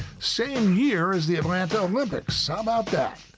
same year as the atlanta olympics, how about that?